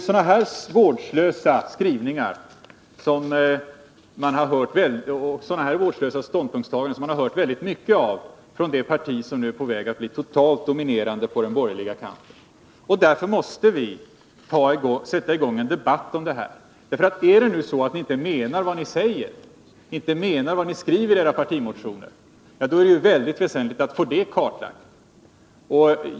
Sådana vårdslösa ståndpunktstaganden har vi hört väldigt mycket av från det parti som nu är på väg att bli totalt dominerande på den borgerliga kanten. Därför måste vi sätta i gång en debatt om det här. Om ni inte menar vad ni säger och vad ni skriver i era partimotioner, är det ju väldigt väsentligt att få det klarlagt.